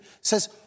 says